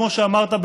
כמו שאמרת,